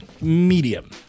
Medium